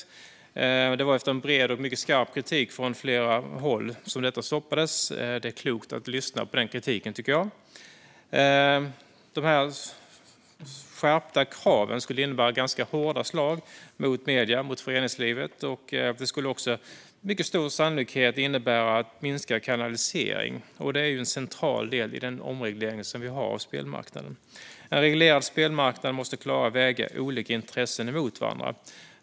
Detta stoppades efter bred och skarp kritik från flera håll. Det är klokt att lyssna till den kritiken tycker jag. De skärpta kraven skulle innebära ett ganska hårt slag mot medier och föreningslivet. Det skulle också med mycket stor sannolikhet innebära en minskad kanalisering, som ju är en central del i omregleringen av spelmarknaden. En reglerad spelmarknad måste klara att väga olika intressen mot varandra.